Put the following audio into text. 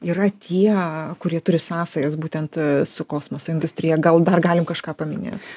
yra tie kurie turi sąsajas būtent su kosmoso industrija gal dar galim kažką paminėt